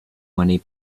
money